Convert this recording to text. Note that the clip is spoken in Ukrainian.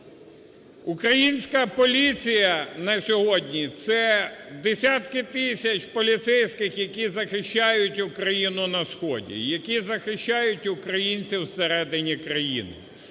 Українська поліція на сьогодні – це десятки тисяч поліцейських, які захищають Україну на сході, які захищають українців всередині країни.